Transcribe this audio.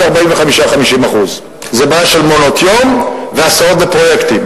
זה 45% 50%. זה בעיה של מעונות יום והסעות לפרויקטים.